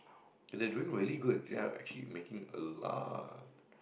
and they doing really good they are actually making a lot